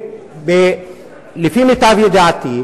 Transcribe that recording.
ולפי מיטב ידיעתי,